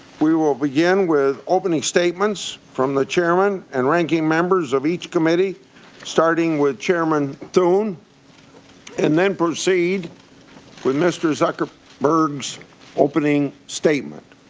we will begin with opening statements from the chairman and ranking members of each committee start ing with chairman thune and proceed with mr. zuckerberg's opening statement.